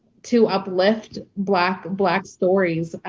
to up lift black black stories?